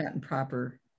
proper